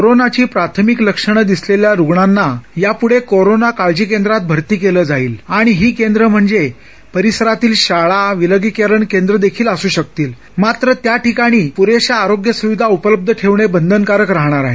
कोरोनाची प्राथमिक लक्षण दिसलेल्या रुग्णां यापुढेना कोरोना काळजी केंद्रात भरती केलं जाईल आणि ही केंद्र म्हणजे परिसरातील शाळा विलगीकरण केंद्र देखील असू शकतील मात्र त्याठिकाणी पुरेशा आरोग्य सुविधा उपलब्ध ठेवणे बंधनकारक राहणार आहे